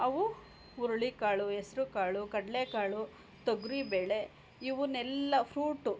ಅವು ಹುರ್ಳಿ ಕಾಳು ಹೆಸ್ರು ಕಾಳು ಕಡಲೆ ಕಾಳು ತೊಗರಿ ಬೇಳೆ ಇವನ್ನೆಲ್ಲ ಫ್ರೂಟು